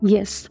Yes